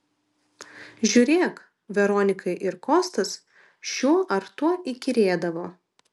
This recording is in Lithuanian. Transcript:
žiūrėk veronikai ir kostas šiuo ar tuo įkyrėdavo